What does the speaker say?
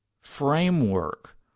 framework